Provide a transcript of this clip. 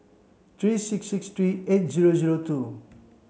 three six six three eight zero zero two